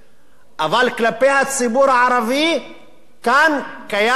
אבל כלפי הציבור הערבי כאן קיים משבר עמוק,